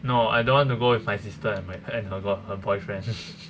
no I don't want to go with my sister and my eh and her and her boyfriend